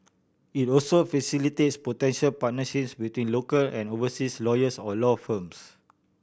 it also facilitates potential partnerships between local and overseas lawyers or law firms